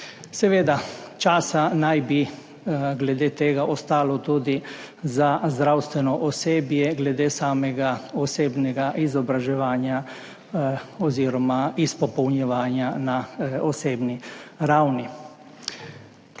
Seveda, časa naj bi glede tega ostalo tudi za zdravstveno osebje, glede osebnega izobraževanja oziroma izpopolnjevanja na osebni ravni